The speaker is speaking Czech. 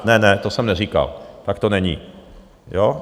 Ne, ne, to jsem neříkal, tak to není, jo?